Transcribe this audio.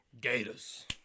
Gators